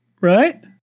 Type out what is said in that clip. right